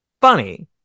funny